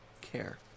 care